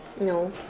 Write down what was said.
No